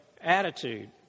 attitude